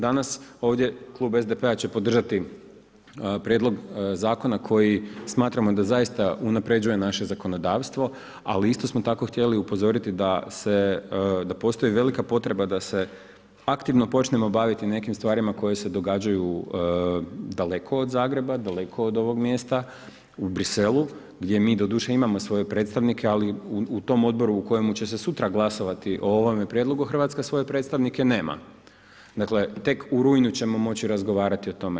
Danas ovdje klub SDP-a će podržati prijedlog zakona koji smatramo da zaista unapređuje naše zakonodavstvo, ali smo isto tako htjeli upozoriti da postoji velika potreba da se aktivno počnemo baviti nekim stvarima koje se događaju daleko od Zagreba, daleko od ovog mjesta u Bruxellesu gdje mi doduše imamo svoje predstavnike, ali u tom odboru u kojem će se sutra glasovati o ovom prijedlogu Hrvatska svoje predstavnike nema, dakle tek u rujnu ćemo moći razgovarati o tome.